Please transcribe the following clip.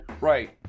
right